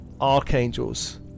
archangels